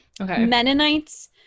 Mennonites